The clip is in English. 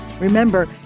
Remember